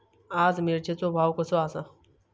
आज मिरचेचो भाव कसो आसा?